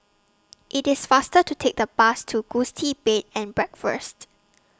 IT IS faster to Take The Bus to Gusti Bed and Breakfast